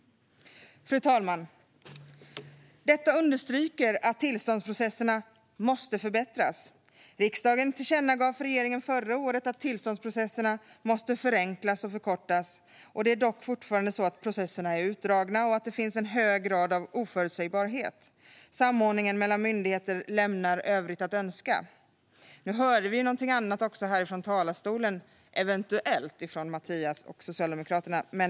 Fru talman! Detta understryker att tillståndsprocesserna måste förbättras. Riksdagen tillkännagav förra året för regeringen att tillståndsprocesserna måste förenklas och förkortas. Det är dock fortfarande så att processerna är utdragna och att det finns en hög grad av oförutsägbarhet. Samordningen mellan myndigheter lämnar övrigt att önska. Nu hörde vi eventuellt någonting annat från Mattias och Socialdemokraterna här i talarstolen.